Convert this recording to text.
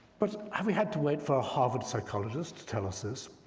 but have we had to wait for a harvard psychologist to tell us this?